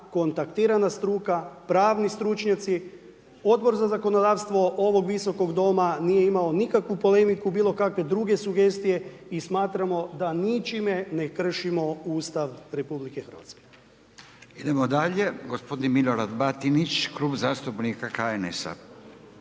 kontaktirana struka, pravni stručnjaci, Odbor za zakonodavstvo ovog Visokog doma nije imao nikakvu polemiku, bilo kakve druge sugestije i smatramo da ničime ne kršimo Ustav RH. **Radin, Furio (Nezavisni)** Idemo dalje. Gospodin Milorad Batinić, klub zastupnika HNS-a.